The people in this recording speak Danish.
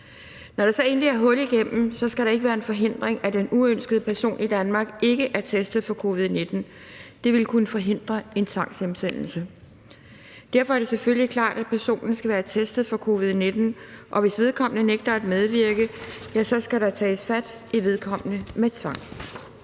Når der så endelig er hul igennem, skal det ikke være en forhindring, at den uønskede person i Danmark ikke er testet for covid-19. Det ville kunne forhindre en tvangshjemsendelse. Derfor er det selvfølgelig klart, at personen skal være testet for covid-19, og hvis vedkommende nægter at medvirke, ja, så skal der tages fat i vedkommende med tvang.